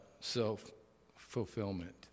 self-fulfillment